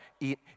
eat